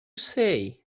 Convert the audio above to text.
say